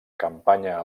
campanya